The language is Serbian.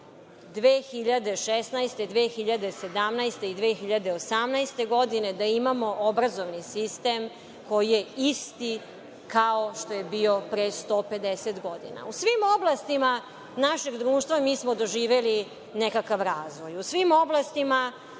2016. 2017. i 2018. godine da imamo obrazovni sistem koji je isti kao što je bio pre 150 godina. U svim oblastima našeg društva mi smo doživeli nekakav razvoj. U svim oblastima